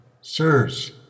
Sirs